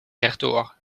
rechtdoor